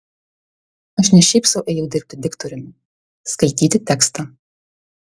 aš ne šiaip sau ėjau dirbti diktoriumi skaityti tekstą